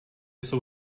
jsou